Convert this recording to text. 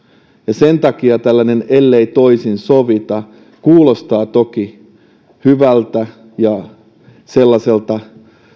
sen takia tällainen ellei toisin sovita kuulostaa toki hyvältä ja sellaiselta